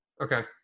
okay